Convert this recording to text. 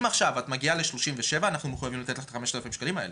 אם עכשיו את מגיעה ל-37 אנחנו מחויבים לתת לך את 5,000 השקלים האלה.